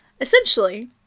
Essentially